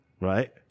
Right